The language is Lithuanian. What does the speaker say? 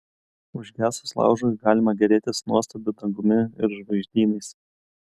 užgesus laužui galima gėrėtis nuostabiu dangumi ir žvaigždynais